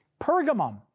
Pergamum